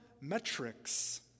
metrics